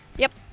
yep?